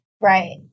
Right